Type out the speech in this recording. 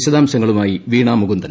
വിശദാംശങ്ങളുമായി വീണാ മുകുന്ദൻ